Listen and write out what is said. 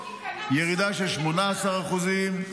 ירידה של 18%;